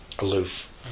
Aloof